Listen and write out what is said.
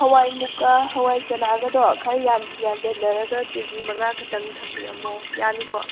ꯍꯋꯥꯏ ꯃꯨꯛꯀ ꯍꯋꯥꯏ ꯆꯅꯥꯒꯗꯣ ꯈꯔ ꯌꯥꯝ ꯌꯥꯟꯁꯟꯅꯔꯒ ꯀꯦꯖꯤ ꯃꯉꯥ ꯈꯛꯇꯪ ꯊꯝꯕꯤꯔꯝꯃꯣ ꯌꯥꯅꯤꯀꯣ